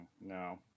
no